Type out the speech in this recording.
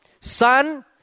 Son